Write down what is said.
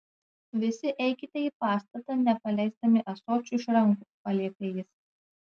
visi eikite į pastatą nepaleisdami ąsočių iš rankų paliepė jis